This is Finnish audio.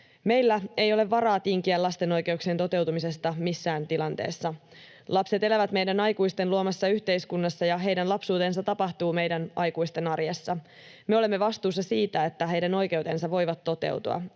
Meillä ei ole varaa tinkiä lasten oikeuksien toteutumisesta missään tilanteessa. Lapset elävät meidän aikuisten luomassa yhteiskunnassa, ja heidän lapsuutensa tapahtuu meidän aikuisten arjessa. Me olemme vastuussa siitä, että heidän oikeutensa voivat toteutua,